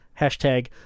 hashtag